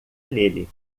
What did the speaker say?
nele